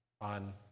on